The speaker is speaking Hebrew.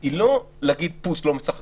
היא לא להגיד לא משחקים,